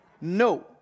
No